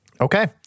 Okay